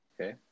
okay